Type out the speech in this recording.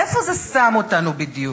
איפה זה שם אותנו בדיוק?